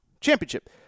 championship